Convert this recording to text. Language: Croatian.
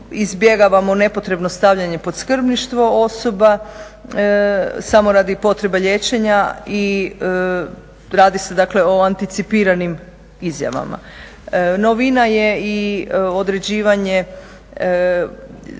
izbjegavamo nepotrebno stavljanje pod skrbništvo osoba, samo radi potreba liječenja i radi se dakle o anticipiranim izjavama. Novina je i određivanje